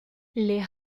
les